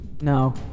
no